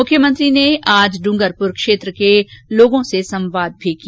मुख्यमंत्री ने आज डूंगरपुर क्षेत्र के लोगों से संवाद भी किया